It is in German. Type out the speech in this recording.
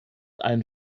einen